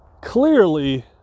clearly